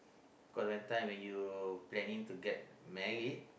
got a time when you panning to get married